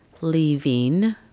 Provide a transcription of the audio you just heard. leaving